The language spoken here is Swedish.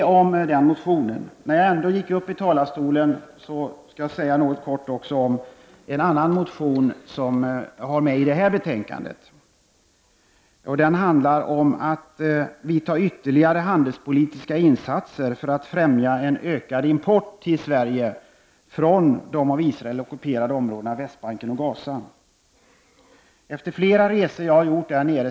Jag vill även passa på och säga något om en annan motion som jag har med i detta betänkande. Den handlar om att vi skall vidta ytterligare handelspolitiska åtgärder för att främja en ökad import till Sverige från de av Israel ockuperade områdena, Västbanken och Gaza. Jag har gjort flera resor i dessa områden.